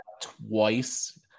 twice